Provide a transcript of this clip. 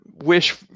Wish